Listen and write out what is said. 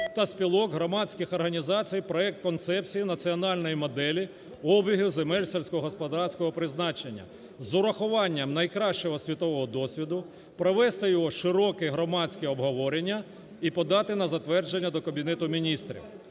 та спілок, громадських організацій, проект концепції національної моделі обігу земель сільськогосподарського призначення з врахуванням найкращого світового досвіду провести його широке громадське обговорення і подати на затвердження до Кабінету Міністрів.